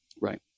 Right